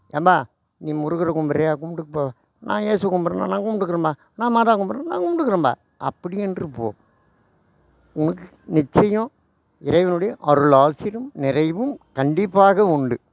ஏன்பா நீ முருகரை கும்புடுறியா கும்புட்டுக்கப்பா நான் ஏசுவை கும்புடுறனா நான் கும்பிட்டுக்கறம்பா நான் மாதாவை கும்புடுறனா நான் கும்பிட்டுக்கிறம்பா அப்படி என்று போக உனக்கு நிச்சயம் இறைவனுடைய அருள் ஆசிரும் நிறைவும் கண்டிப்பாக உண்டு